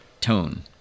tone